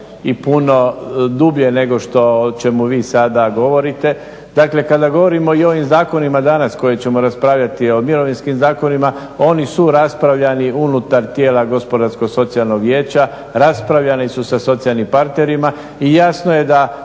i puno dublje nego što, o čemu vi sada govorite. Dakle, kada govorimo i o ovim zakonima danas koje ćemo raspravljati o mirovinskim zakonima oni su raspravljani unutar tijela Gospodarskog socijalnog vijeća, raspravljani su sa socijalnim partnerima i jasno je da